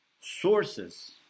sources